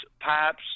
pipes